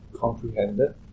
comprehended